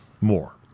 More